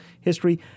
history